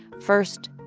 first,